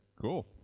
Cool